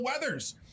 Weathers